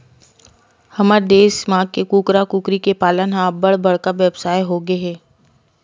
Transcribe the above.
हमर देस म कुकरा, कुकरी के पालन ह अब्बड़ बड़का बेवसाय होगे हे